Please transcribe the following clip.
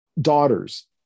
daughters